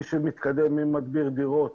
מי שמתקדם ממדביר דירות